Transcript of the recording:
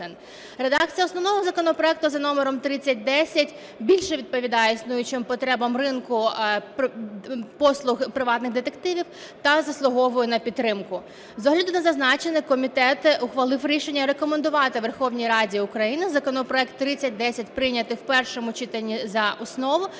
Редакція основного законопроекту за номером 3010 більше відповідає існуючим потребам ринку послуг приватних детективів та заслуговує на підтримку. З огляду на зазначене, комітет ухвалив рішення рекомендувати Верховній Раді України законопроект 3010 прийняти в першому читанні за основу,